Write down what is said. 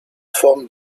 formed